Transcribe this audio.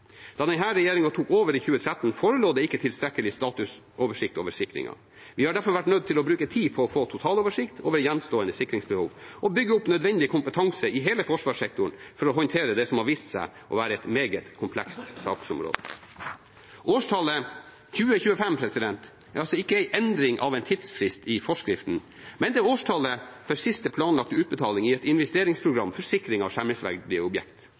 Da denne regjeringen tok over i 2013, forelå det ikke tilstrekkelig statusoversikt over sikringen. Vi har derfor vært nødt til å bruke tid på å få totaloversikt over gjenstående sikringsbehov og bygge opp nødvendig kompetanse i hele forsvarssektoren for å håndtere det som har vist seg å være et meget komplekst saksområde. Årstallet 2025 er altså ikke en endring av en tidsfrist i forskriften, men det er årstallet for siste planlagte utbetaling i et investeringsprogram for sikring av